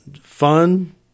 Fun